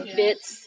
bits